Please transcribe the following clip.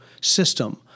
system